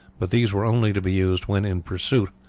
but these were only to be used when in pursuit,